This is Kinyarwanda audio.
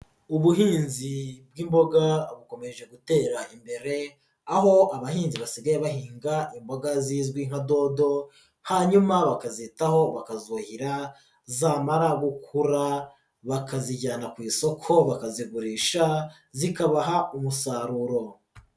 Ubuhinzi bw'imboga bukomeje gutera imbere ,aho abahinzi basigaye bahinga imboga zizwi nka dodo, hanyuma bakazitaho bakazuhira, zamara gukura bakazijyana ku isoko bakazigurisha, zikabaha umusaruro.